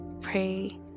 pray